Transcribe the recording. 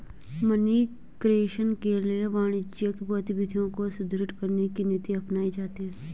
money creation के लिए वाणिज्यिक गतिविधियों को सुदृढ़ करने की नीति अपनाई जाती है